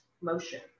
motion